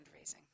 fundraising